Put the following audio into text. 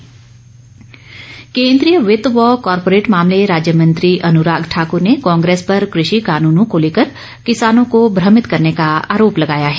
अन्राग ठाकुर केन्द्रीय वित्त व कॉरपोरेट मामले राज्य मंत्री अनुराग ठाकूर ने कांग्रेस पर कृषि कानूनों को लेकर किसानों को भ्रमित करने का आरोप लगाया है